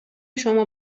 شما